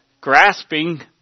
grasping